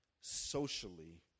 socially